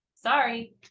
Sorry